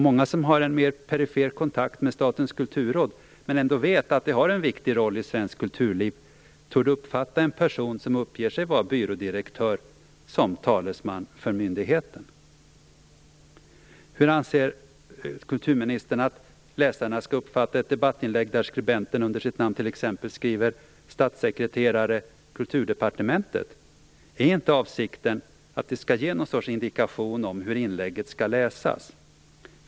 Många som har en mer perifer kontakt med Statens kulturråd, men ändå vet att det har en viktig roll i svenskt kulturliv, torde uppfatta en person som uppger sig vara byrådirektör som talesman för myndigheten. Hur anser kulturministern att läsarna skall uppfatta ett debattinlägg där skribenten under sitt namn t.ex. skriver statssekreterare, Kulturdepartementet? Är inte avsikten att det skall ge någon sorts indikation om hur inlägget skall läsas?